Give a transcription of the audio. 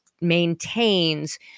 maintains